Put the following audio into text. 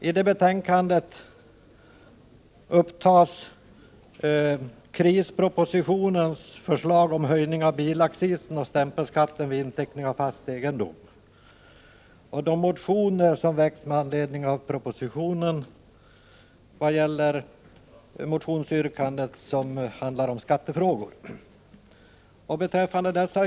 I detta betänkande upptas krispropositionens förslag om höjning av bilaccisen och stämpelskatten vid inteckning av fast egendom samt de motioner som har väckts med anledning av propositionen i vad gäller motionsyrkanden om skattefrågor.